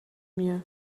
mir